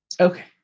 Okay